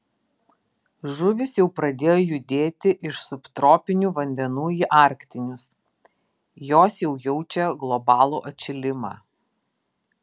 žuvys jau pradėjo judėti iš subtropinių vandenų į arktinius jos jau jaučia globalų atšilimą